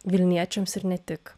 vilniečiams ir ne tik